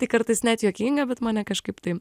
tai kartais net juokinga bet mane kažkaip tai